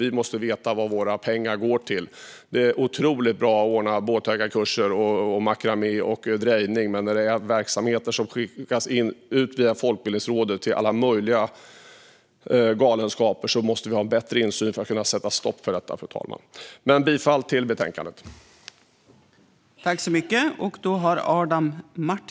Vi måste veta vad våra pengar går till. Det är otroligt bra att det ordnas kurser i båtägande, makramé och drejning, men när det handlar om pengar som via Folkbildningsrådet skickas ut till alla möjliga galenskaper måste vi ha bättre insyn för att kunna sätta stopp för detta, fru talman. Jag yrkar bifall till utskottets förslag.